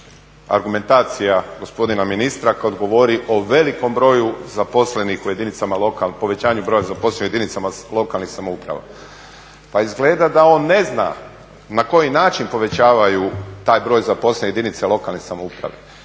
u jedinicama lokalne samouprave, povećanju broja zaposlenih u jedinicama lokalnih samouprava. Pa izgleda da on ne znam na koji način povećavaju taj broj zaposlenih u jedinicama lokalnih samouprava.